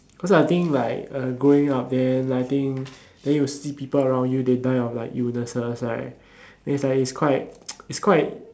cause I think like uh growing up then I think then you see people around you they die of like illnesses right then its like its quite its quite